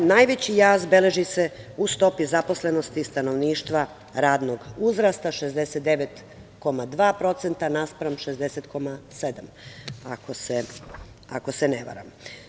Najveći jaz beleži se u stopi zaposlenosti stanovništva radnog uzrasta – 69,2% naspram 60,7%, ako se ne varam.